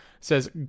says